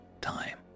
time